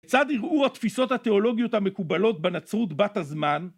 כיצד הראו התפיסות התיאולוגיות המקובלות בנצרות בת הזמן?